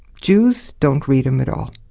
jews don't read him at all.